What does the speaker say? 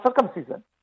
circumcision